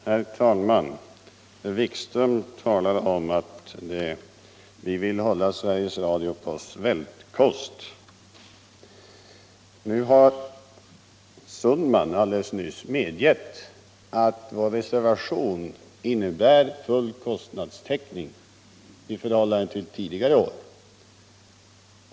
Herr talman! Herr Wikström talar om att vi socialdemokrater vill hålla Sveriges Radio på svältkost. Nu har herr Sundman alldeles nyss medgett att vår reservation innebär full kostnadstäckning i förhållande till tidigare år.